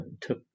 took